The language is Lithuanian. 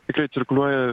tikrai cirklulioja